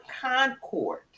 concord